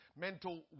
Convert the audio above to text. mental